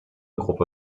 gruppe